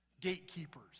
gatekeepers